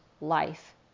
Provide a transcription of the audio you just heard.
life